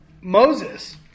Moses